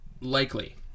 likely